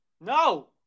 No